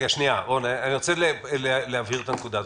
רק שנייה, אני רוצה להבהיר את הנקודה הזאת.